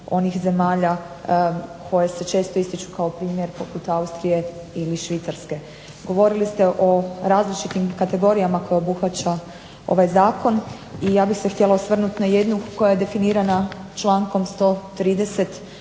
onih zemalja koje se često ističu kao primjer, poput Austrije ili Švicarske. Govorili ste o različitim kategorijama koje obuhvaća ovaj zakon i ja bih se htjela osvrnut na jednu koja je definirana člankom 130.